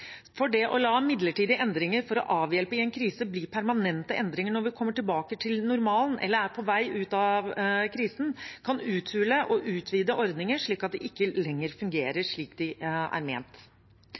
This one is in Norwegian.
for det å la midlertidige endringer for å avhjelpe i en krise bli permanente når vi kommer tilbake til normalen eller er på vei ut av krisen, kan uthule og utvide ordninger slik at de ikke lenger fungerer